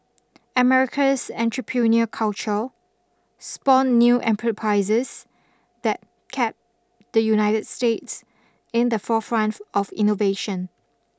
America's entrepreneur culture spawned new enperprises that kept the United States in the forefront of innovation